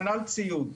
כנ"ל ציוד.